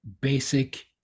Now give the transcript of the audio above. basic